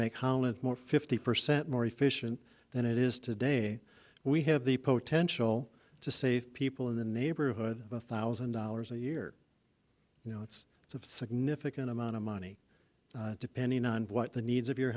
college more fifty percent more efficient than it is today we have the potential to save people in the neighborhood of a thousand dollars a year you know it's it's of significant amount of money depending on what the needs of your